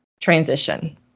transition